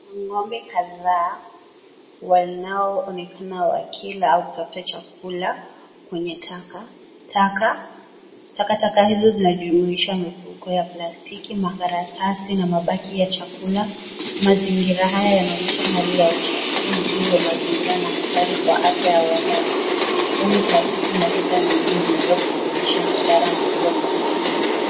Ngombe kadhaa wanaoonekana wakila au kutafuta chakula kwenye takataka , takataka hizo zinajumuisha mifuko ya plastiki , makaratasi na mabaki ya chakula, mazingira haya yanaonyesha hali ya uchafuzi wa mazingira na hatari kwa afya ya wanyama kwani plastiki na taka nyingine zinaweza kusababisha madhara mengine kwenye mifugo.